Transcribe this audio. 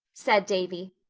said davy.